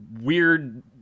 weird